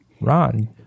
Ron